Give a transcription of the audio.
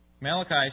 Malachi